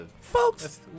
Folks